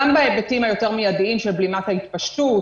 גם בהיבטים היותר מידיים של בלימת ההתפשטות,